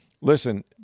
listen –